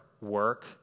work